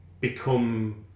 become